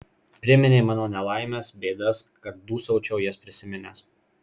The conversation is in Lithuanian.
priminė mano nelaimes bėdas kad dūsaučiau jas prisiminęs